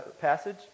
passage